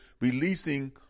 releasing